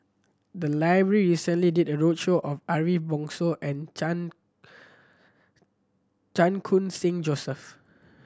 the library recently did a roadshow on Ariff Bongso and Chan Chan Khun Sing Joseph